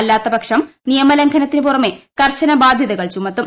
അല്ലാത്തപക്ഷം നിയമലംഘനത്തിന് പുറമേ കർശന ബാധൃതകൾ ചുമത്തും